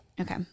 Okay